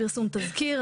פרסום תזכיר,